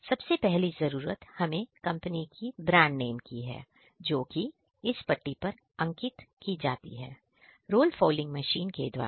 सबसे पहली जरूरत हमें कंपनी की ब्रांड नेम की है जोकि इस पट्टी पर अंकित की जाती है रोल फॉलिंग मशीन के द्वारा